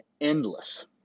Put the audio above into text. endless